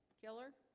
killer